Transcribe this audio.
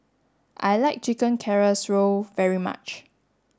I like Chicken Casserole very much